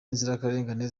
inzirakarengane